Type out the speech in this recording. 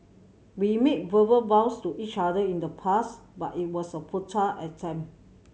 we made verbal vows to each other in the past but it was a futile attempt